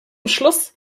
schluss